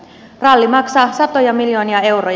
ralli maksaa satoja miljoonia euroja